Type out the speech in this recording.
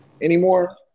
anymore